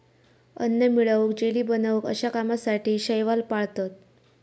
अन्न मिळवूक, जेली बनवूक अश्या कामासाठी शैवाल पाळतत